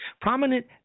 Prominent